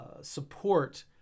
support